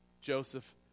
Joseph